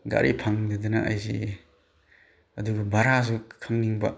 ꯒꯥꯔꯤ ꯐꯪꯗꯗꯅ ꯑꯩꯁꯤ ꯑꯗꯨꯒ ꯕꯔꯥꯁꯨ ꯈꯪꯅꯤꯡꯕ